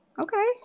Okay